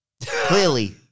Clearly